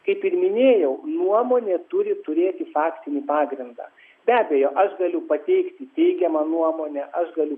kaip ir minėjau nuomonė turi turėti faktinį pagrindą be abejo aš galiu pateikti teigiamą nuomonę aš galiu